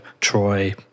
Troy